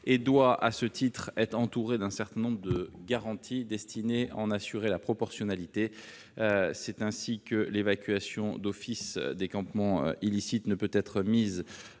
et doit à ce titre être entouré d'un certain nombre de garanties destinées à en assurer la proportionnalité, c'est ainsi que l'évacuation d'office des campements illicites ne peut être mise